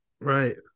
right